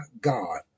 God